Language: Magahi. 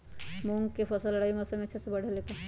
मूंग के फसल रबी मौसम में अच्छा से बढ़ ले का?